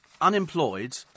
unemployed